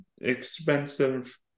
expensive